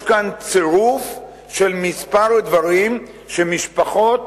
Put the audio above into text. יש כאן צירוף של כמה דברים כשמשפחות